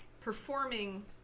performing